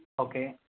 okay